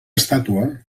estàtua